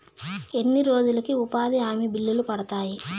ఎన్ని రోజులకు ఉపాధి హామీ బిల్లులు పడతాయి?